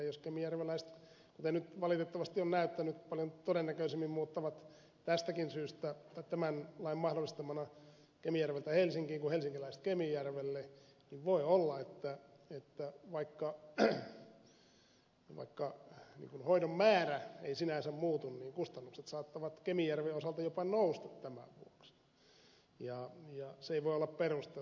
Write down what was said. jos kemijärveläiset kuten nyt valitettavasti on näyttänyt paljon todennäköisemmin muuttavat tästäkin syystä tai tämän lain mahdollistamana kemijärveltä helsinkiin kuin helsinkiläiset kemijärvelle niin voi olla että vaikka hoidon määrä ei sinänsä muutu niin kustannukset saattavat kemijärven osalta jopa nousta tämän vuoksi ja se ei voi olla perusteltua